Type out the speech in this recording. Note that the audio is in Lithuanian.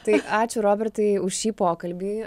tai ačiū robertai už šį pokalbį